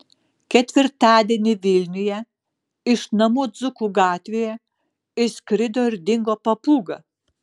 ketvirtadienį vilniuje iš namų dzūkų gatvėje išskrido ir dingo papūga